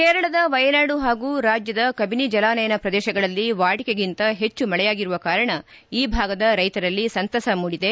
ಕೇರಳದ ವೈನಾಡು ಹಾಗೂ ರಾಜ್ಯದ ಕಬಿನಿ ಜಲಾನಯನ ಪ್ರದೇಶಗಳಲ್ಲಿ ವಾಡಿಕೆಗಿಂತ ಹೆಚ್ಚು ಮಳೆಯಾಗಿರುವ ಕಾರಣ ಈ ಭಾಗದ ರೈತರಲ್ಲಿ ಸಂತಸ ಮೂದಿಸಿದೆ